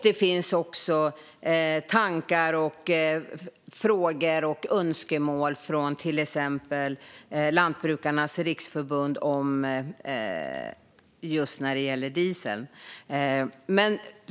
Det finns också tankar, frågor och önskemål från till exempel Lantbrukarnas Riksförbund just när det gäller dieseln.